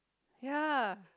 ya